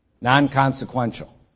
Non-consequential